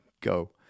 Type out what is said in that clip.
go